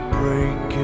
break